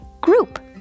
group